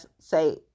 say